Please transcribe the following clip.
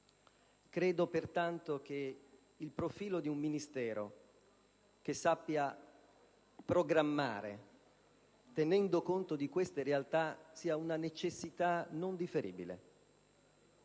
Credo, pertanto, che il profilo di un Ministero che sappia programmare tenendo conto di queste realtà sia una necessità non differibile.